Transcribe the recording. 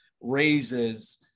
raises